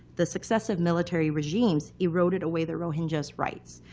the successive military regimes eroded away the rohingyas' rights,